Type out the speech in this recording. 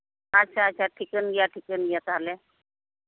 ᱟᱪᱪᱷᱟ ᱟᱪᱪᱷᱟ ᱴᱷᱤᱠᱟᱹᱱ ᱜᱮᱭᱟ ᱴᱷᱤᱠᱟᱹᱱ ᱜᱮᱭᱟ ᱛᱟᱦᱞᱮ